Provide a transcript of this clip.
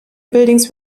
buildings